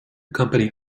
company